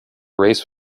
race